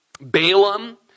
Balaam